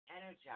energize